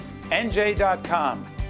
NJ.com